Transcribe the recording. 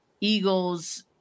eagles